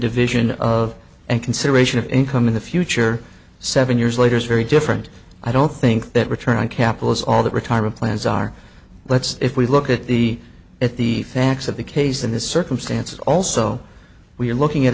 division of and consideration of income in the future seven years later is very different i don't think that return on capital is all that retirement plans are let's if we look at the at the facts of the case in this circumstance also we're looking at